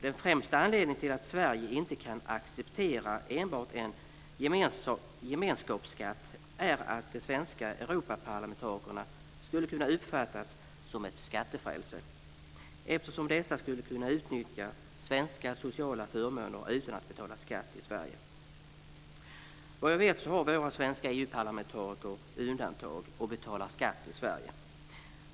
Den främsta anledningen till att Sverige inte kan acceptera enbart en gemenskapsskatt är att de svenska Europaparlamentarikerna skulle kunna uppfattas som ett skattefrälse eftersom dessa skulle kunna utnyttja svenska sociala förmåner utan att betala skatt i Sverige. Vad jag vet har våra svenska Sverige.